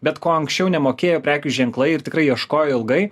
bet kuo anksčiau nemokėjo prekių ženklai ir tikrai ieškojo ilgai